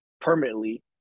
permanently